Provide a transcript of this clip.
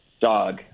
dog